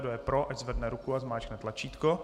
Kdo je pro, ať zvedne ruku a zmáčkne tlačítko.